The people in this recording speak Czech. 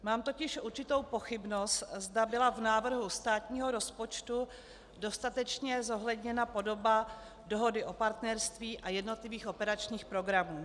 Mám totiž určitou pochybnost, zda byla v návrhu státního rozpočtu dostatečně zohledněna podoba Dohody o partnerství a jednotlivých operačních programů.